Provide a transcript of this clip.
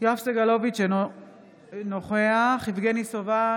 יואב סגלוביץ' אינו נוכח יבגני סובה,